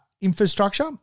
infrastructure